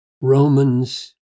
Romans